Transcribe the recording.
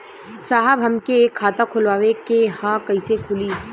साहब हमके एक खाता खोलवावे के ह कईसे खुली?